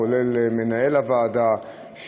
כולל מנהל הוועדה,